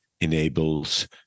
enables